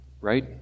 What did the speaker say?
right